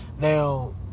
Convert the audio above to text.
Now